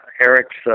Eric's